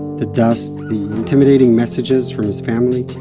the dust, the intimidating messages from his family,